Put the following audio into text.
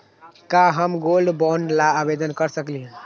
का हम gold bond ला आवेदन कर सकली ह?